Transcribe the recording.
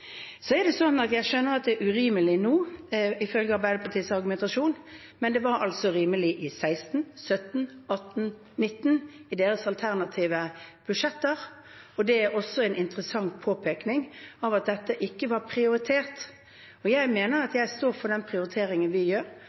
Jeg skjønner at det er urimelig nå, ifølge Arbeiderpartiets argumentasjon, men det var altså rimelig i 2016, 2017, 2018 og 2019 i deres alternative budsjetter. Det er også en interessant påpekning av at dette ikke var prioritert. Jeg står for den prioriteringen vi gjør,